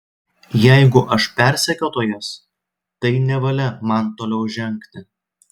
jeigu aš persekiotojas tai nevalia man toliau žengti